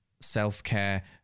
self-care